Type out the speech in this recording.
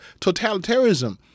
totalitarianism